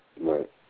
Right